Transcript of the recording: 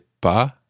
pas